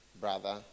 brother